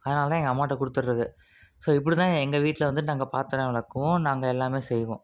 அதனால தான் எங்கள் அம்மாகிட்ட கொடுத்துட்றது ஸோ இப்படி தான் எங்கள் வீட்டில் வந்து நாங்கள் பாத்திரம் விளக்குவோம் நாங்கள் எல்லாமே செய்வோம்